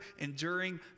enduring